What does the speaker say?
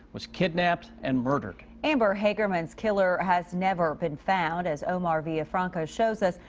was kidnapped and murdered. amber hagerman's killer has never been found. as omar villafranca shows us.